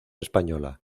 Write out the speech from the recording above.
española